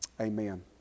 Amen